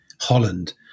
Holland